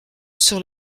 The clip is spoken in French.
sur